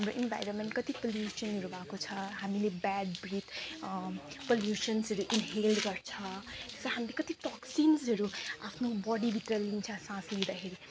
हाम्रो इन्भाइरोनमेन्ट कति क्लिचिङहरू भएको छ हामीले ब्याड ब्रिथ पोपुसन्सहरू इनहेल गर्छ यस्तो खालको कति टोक्सिन्सहरू आफ्नो बोडीभित्र लिन्छ सास लिँदाखेरि